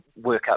workup